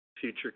future